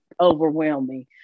overwhelming